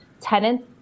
tenants